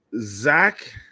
Zach